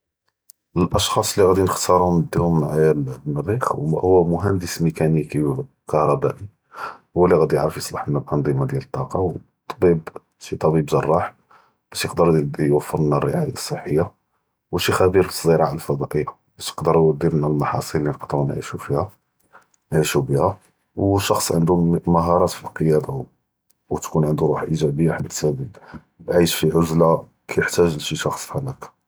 אלאשראס אללי ראדי נכ’תארום נדיהם מעאיה ללמאריח, ו הוא מהנדס מכאני ו כהרבאי, הוא לי ראדי יערף יצרחנא אלאנס’ומה דיאל אלטאקה ו טביב, שי טביב ג’ראח, באש יידר יופראלנא אלריעיה אלסחיה, ו שי ח’ביר פזראעה אלפדאאיה באש יידרלנא אלמחאצ’ל לי נבקא ונעישו פיהא, נעישו ביהא, ו איש ענדו מהאראת פאלקיאדה, ו תיכון ענדו רוח إيجابية חית עאיש פיעזלה כיתח’תאג’ לשי איש פיעל’קה.